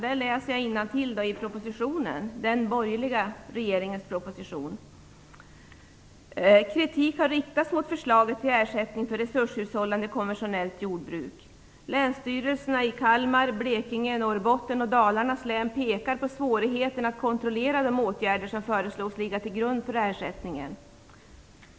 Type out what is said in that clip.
Där framgår det av den borgerliga regeringens proposition följande: "Kritik riktas mot förslaget till ersättning för resurshushållande konventionellt jordbruk. Länsstyrelserna i Kalmar, Blekinge, Norrbottens och Dalarnas län pekar på svårigheterna att kontrollera de åtgärder som föreslås ligga till grund för ersättningen.